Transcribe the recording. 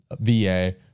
VA